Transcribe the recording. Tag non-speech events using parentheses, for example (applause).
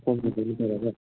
(unintelligible)